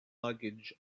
luggage